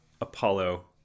Apollo